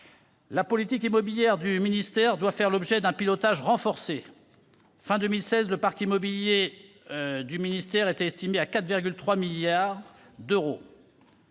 la politique immobilière du ministère doit faire l'objet d'un pilotage renforcé. À la fin de 2016, son parc immobilier était estimé à 4,3 milliards d'euros.